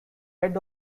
head